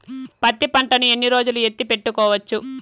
పత్తి పంటను ఎన్ని రోజులు ఎత్తి పెట్టుకోవచ్చు?